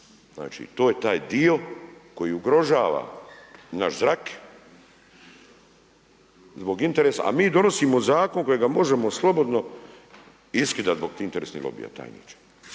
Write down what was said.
Znači to je taj dio koji ugrožava naš zrak, zbog interesa, a mi donosimo zakon kojega možemo slobodno iskidati zbog tih interesnih lobija, tajniče.